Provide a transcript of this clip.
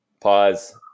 Pause